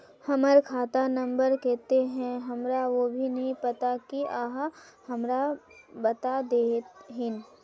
हमर खाता नम्बर केते है हमरा वो भी नहीं पता की आहाँ हमरा बता देतहिन?